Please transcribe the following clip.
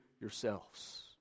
yourselves